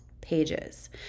pages